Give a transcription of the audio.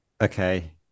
okay